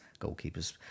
goalkeepers